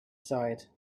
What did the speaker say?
side